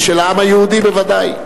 ושל העם היהודי בוודאי,